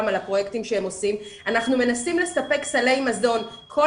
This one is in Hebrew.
על הפרויקטים שהם עושים- אנחנו מנסים לספק סלי מזון כל